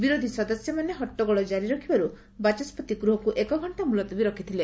ବିରୋଧ ସଦସ୍ୟମାନେ ହଟ୍ଟଗୋଳ ଜାରି ରଖିବାର୍ ବାଚସ୍ୱତି ଗୃହକୁ ଏକଘକ୍ଷା ମୁଲତବି ରଖିଥିଲେ